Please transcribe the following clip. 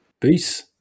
Peace